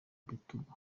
bitugu